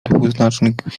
dwuznacznych